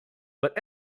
but